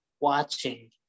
watching